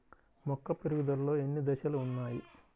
మొక్క పెరుగుదలలో ఎన్ని దశలు వున్నాయి?